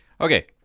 Okay